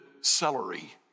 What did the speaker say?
celery